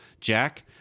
Jack